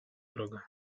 drogę